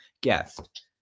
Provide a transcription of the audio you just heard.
guest